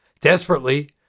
Desperately